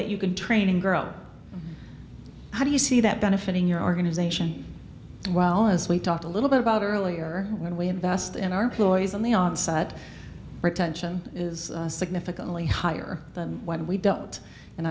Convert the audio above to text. that you can train and grow how do you see that benefiting your organization as well as we talked a little bit about earlier when we invest in our boys on the on side retention is significantly higher than what we don't and